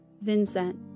Vincent